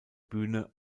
bühne